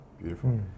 Beautiful